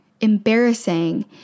embarrassing